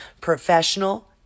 Professional